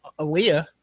Aaliyah